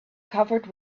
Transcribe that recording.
covered